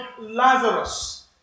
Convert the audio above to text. Lazarus